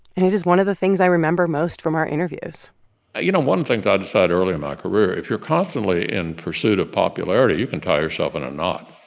and it is one of the things i remember most from our interviews you know, one thing i decided early in my career if you're constantly in pursuit of popularity, you can tie yourself in a knot.